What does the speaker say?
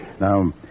Now